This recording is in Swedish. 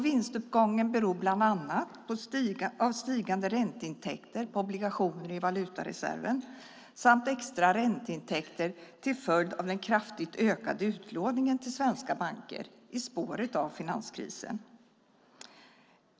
Vinstuppgången beror bland annat på stigande ränteintäkter på obligationer i valutareserven samt extra ränteintäkter till följd av den kraftigt ökade utlåningen till svenska banker i spåret av finanskrisen.